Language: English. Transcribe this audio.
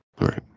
Right